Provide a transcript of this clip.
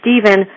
Stephen